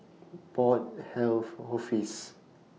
Port Health Office